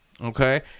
okay